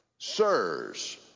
Sirs